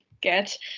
get